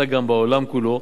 אלא גם בעולם כולו,